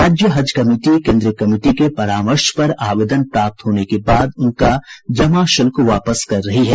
राज्य हज कमिटी कोन्द्रीय कमिटी के परामर्श पर आवेदन प्राप्त होने के बाद उनका जमा शुल्क वापस कर रही है